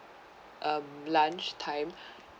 um lunch time